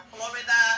Florida